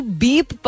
beep